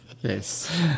Yes